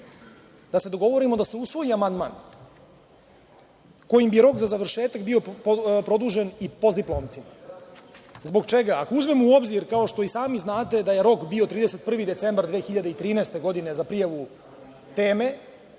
da se dogovorimo da se usvoji amandman kojim bi rok za završetak bio produžen i postdiplomcima. Zbog čega? Ako uzmemo u obzir, kao što i sami znate da je rok bio 31. decembar 2013. godine za prijavu teme,